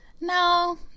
no